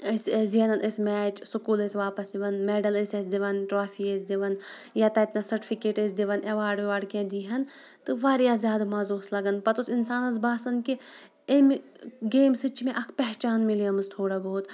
أسۍ ٲسۍ زینان أسۍ میچ سکوٗل ٲسۍ واپَس یِوَن میڈٕل ٲسۍ اَسہِ دِوان ٹرٛافی ٲسۍ دِوان یا تَتِنَس سٔٹفِکیٹ ٲسۍ دِوان ایواڈ ویواڈ کینٛہہ دیٖہَن تہٕ واریاہ زیادٕ مَزٕ اوس لَگَان پَتہٕ اوس اِنسانَس باسان کہِ امہِ گیمہِ سۭتۍ چھِ مےٚ اَکھ پہچان مِلے مٕژ تھوڑا بہت